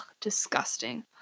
disgusting